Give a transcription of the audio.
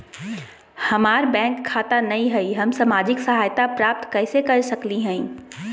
हमार बैंक खाता नई हई, हम सामाजिक सहायता प्राप्त कैसे के सकली हई?